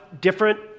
different